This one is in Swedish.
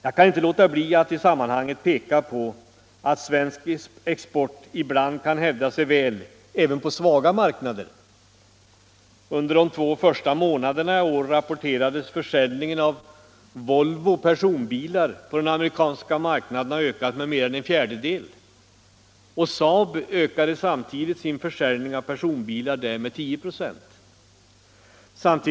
Jag kan inte låta bli att i sammanhanget peka på att svensk export ibland kan hävda sig väl även på svaga marknader. Under de två första månaderna i år rapporterades försäljningen av Volvo personbilar på den amerikanska marknaden ha ökat med mer än en fjärdedel, och SAAB ökade samtidigt sin försäljning av personbilar på samma marknad med 10 96.